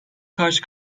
karşı